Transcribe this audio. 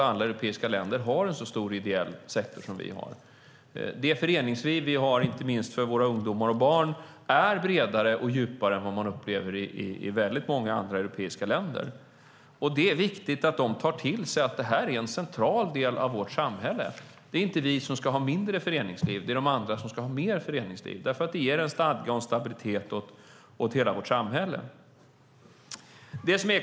Alla europeiska länder har inte en sådan stor ideell sektor som Sverige. Det föreningsliv vi har, inte minst för våra barn och ungdomar, är bredare och djupare än i många andra europeiska länder. Det är viktigt att kommissionen tar till sig att detta är en central del av vårt samhälle. Sverige ska inte ha mindre föreningsliv, utan de andra ska ha mer. Det ger nämligen stadga och stabilitet åt hela samhället.